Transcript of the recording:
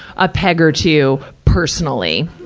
a peg or two personally.